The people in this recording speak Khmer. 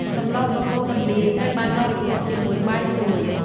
សម្លកកូរកណ្ដៀងត្រូវបានបរិភោគជាមួយបាយស្រួយ។